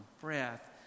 Breath